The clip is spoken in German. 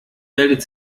meldet